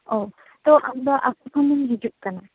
ᱚᱸᱻ ᱛᱚ ᱟᱢᱫᱚ ᱟᱛᱳ ᱠᱷᱚᱱᱮᱢ ᱦᱤᱡᱩᱜ ᱠᱟᱱᱟ